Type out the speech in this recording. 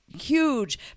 huge